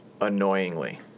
annoyingly